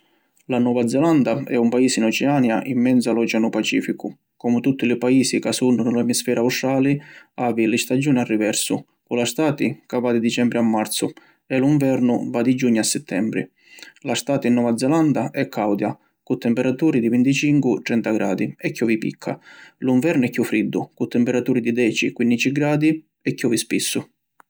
La Nova Zelanda è un paisi in Oceania in menzu a lu Oceanu Pacificu. Comu tutti li paisi ca sunnu ni lu Emisferu Australi, havi li stagiuni a riversu, cu la stati ca va di Dicembri a Marzu e lu nvernu va di Giugnu a Sittembri. La stati in Nova Zelanda è cauda cu temperaturi di vinticincu - trenta gradi e chiovi picca. Lu nvernu è chiù friddu, cu temperaturi di deci - quinnici gradi e chiovi spissu.